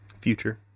Future